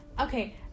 okay